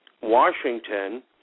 Washington